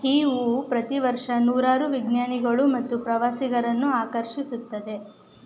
ಈ ಹೂವು ಪ್ರತಿವರ್ಷ ನೂರಾರು ವಿಜ್ಞಾನಿಗಳು ಮತ್ತು ಪ್ರವಾಸಿಗರನ್ನು ಆಕರ್ಷಿಸುತ್ತದೆ